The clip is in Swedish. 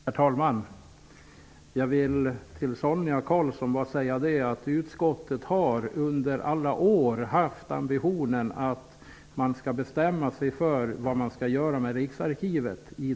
Herr talman! Jag vill bara säga till Sonia Karlsson att utskottet under alla år har haft ambitionen att man skall bestämma sig för vad man skall göra med riksarkivet.